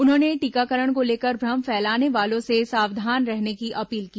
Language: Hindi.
उन्होंने टीकाकरण को लेकर भ्रम फैलाने वालों से सावधान रहने की अपील की